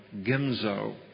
Gimzo